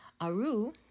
aru